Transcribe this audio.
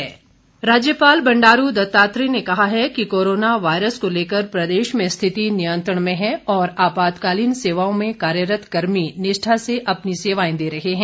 राज्यपाल राज्यपाल बंडारू दत्तात्रेय ने कहा है कि कोरोना वायरस को लेकर प्रदेश में स्थिति नियंत्रण में है और आपातकालीन सेवाओं में कार्यरत कर्मी निष्ठा से अपनी सेवाएं दे रहे हैं